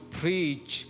preach